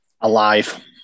Alive